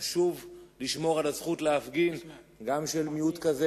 חשוב לשמור על הזכות להפגין גם של מיעוט כזה,